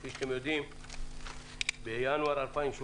כפי שאתם יודעים, בינואר 2017,